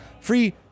free